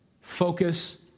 Focus